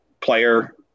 player